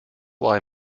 why